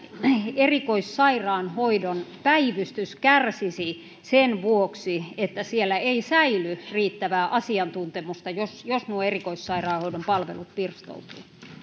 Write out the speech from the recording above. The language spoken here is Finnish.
erikoissairaanhoidon päivystys kärsisi sen vuoksi että siellä ei säily riittävää asiantuntemusta jos jos nuo erikoissairaanhoidon palvelut pirstoutuvat